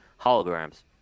holograms